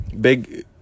Big